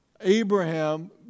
Abraham